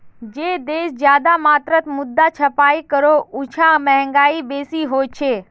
जे देश ज्यादा मात्रात मुद्रा छपाई करोह उछां महगाई बेसी होछे